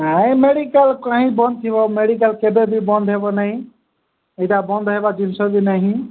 ନାଇଁ ମେଡ଼ିକାଲ୍ କାହିଁ ବନ୍ଦ ଥିବ ମେଡ଼ିକାଲ୍ କେବେ ବି ବନ୍ଦ ହେବ ନାହିଁ ଏଇଟା ବନ୍ଦ ହେବା ଜିନିଷ ବି ନାହିଁ